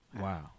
Wow